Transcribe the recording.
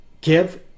give